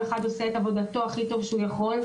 למרות שכל אחד עושה את עבודתו הכי טוב שהוא יכול,